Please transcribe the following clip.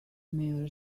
mayor